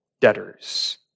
debtors